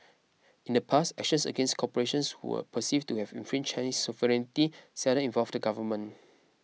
in the past actions against corporations who were perceived to have infringed sovereignty seldom involved the government